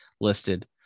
listed